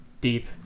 deep